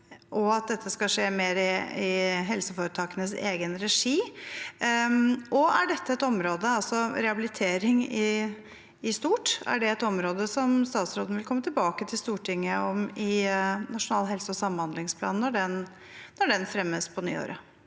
og at dette skal skje mer i helseforetakenes egen regi? Og er dette et område – altså rehabilitering i stort – som statsråden vil komme tilbake til Stortinget med når Nasjonal helse- og samhandlingsplan fremmes på nyåret?